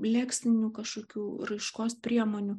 leksinių kažkokių raiškos priemonių